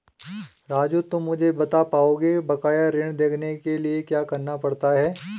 राजू तुम मुझे बता पाओगे बकाया ऋण देखने के लिए क्या करना पड़ता है?